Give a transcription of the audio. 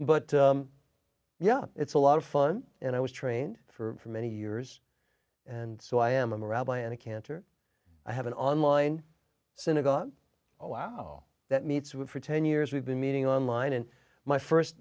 but yeah it's a lot of fun and i was trained for many years and so i am a rabbi and a cantor i have an online synagogue wow that meets with for ten years we've been meeting online and my